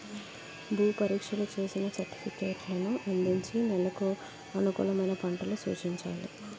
భూ పరీక్షలు చేసిన సర్టిఫికేట్లను అందించి నెలకు అనుకూలమైన పంటలు సూచించాలి